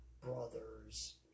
brothers